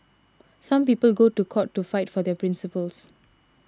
some people go to court to fight for their principles